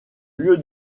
lieu